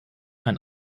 ein